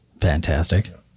Fantastic